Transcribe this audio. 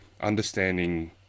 understanding